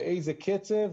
באיזה קצב,